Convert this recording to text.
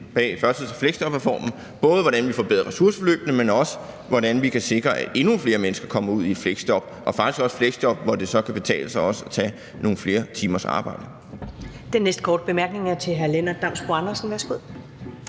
i øjeblikket drøfter, både hvordan vi forbedrer ressourceforløbene, men også, hvordan vi kan sikre, at endnu flere mennesker kommer ud i fleksjob, og faktisk også fleksjob, hvor det så kan betale sig at tage nogle flere timers arbejde. Kl. 14:31 Første næstformand (Karen Ellemann): Den næste korte bemærkning er til hr. Lennart Damsbo-Andersen. Værsgo.